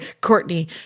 Courtney